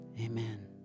Amen